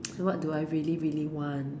so what do I really really want